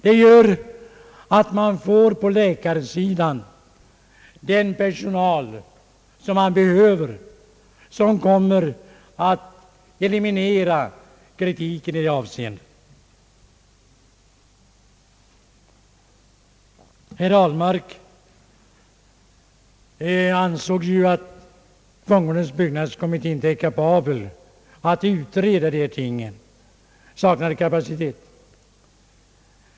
Det gör att man på läkarsidan får den personal som behövs, vilket kommer att eliminera kritiken i det avseendet. byggnadskommitté inte är kapabel att utreda dessa ting.